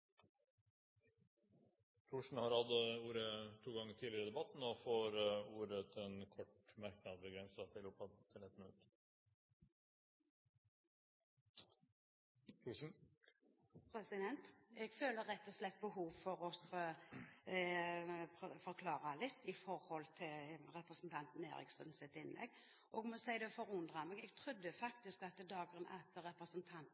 får ordet til en kort merknad, begrenset til 1 minutt. Jeg føler rett og slett behov for å forklare litt til representanten Eriksens innlegg. Jeg må si det forundrer meg – jeg